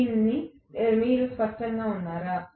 దీనితో మీరు స్పష్టంగా ఉన్నారా